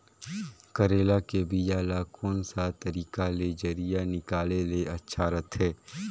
करेला के बीजा ला कोन सा तरीका ले जरिया निकाले ले अच्छा रथे?